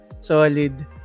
solid